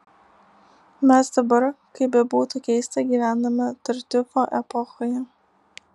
mes dabar kaip bebūtų keista gyvename tartiufo epochoje